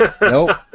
Nope